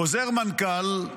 חוזר מנכ"ל,